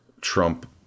Trump